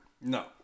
no